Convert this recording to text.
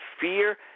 fear